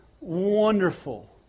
wonderful